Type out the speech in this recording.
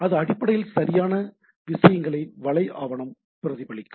அது அடிப்படையில் சரியான விஷயங்களை வலை ஆவணம் பிரதிபலிக்கும்